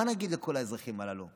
מה נגיד לכל האזרחים הללו?